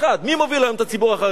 מי מוביל היום את הציבור החרדי?